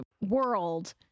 world